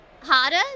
harder